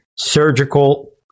surgical